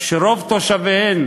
שרוב תושביהן